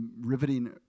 riveting